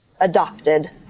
adopted